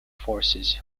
forces